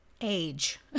age